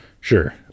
Sure